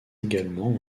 également